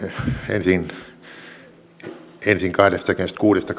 ensin ensin kahdestakymmenestäkuudesta